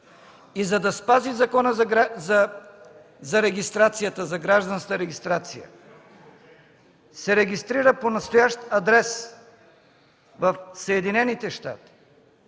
и за да спази Закона за гражданската регистрация, се регистрира по настоящ адрес в Съединените щати